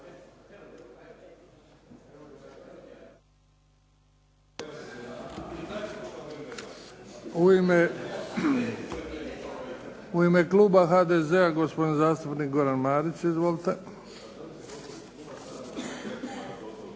U ime kluba HDZ-a gospodin zastupnik Goran Marić. Izvolite.